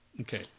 Okay